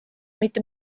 mitte